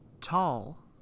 Tall